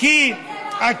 זה